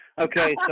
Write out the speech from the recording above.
okay